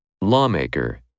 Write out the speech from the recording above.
Lawmaker